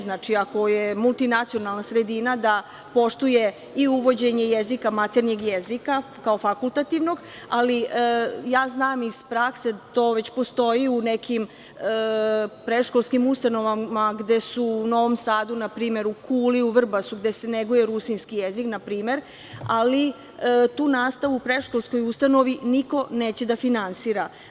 Znači, ako je multinacionalna sredina da poštuje i uvođenje maternjeg jezika ka fakultativnog, ali znam iz prakse da to već postoji u nekim predškolskim ustanovama, npr. u Novom Sadu, u Kuli, u Vrbasu, gde se neguje rusinski jezik npr, ali tu nastavu u predškolskoj ustanovi niko neće da finansira.